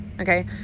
Okay